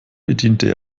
bediente